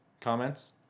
Comments